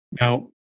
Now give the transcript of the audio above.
Now